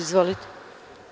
Izvolite.